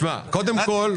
קודם כל,